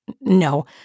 no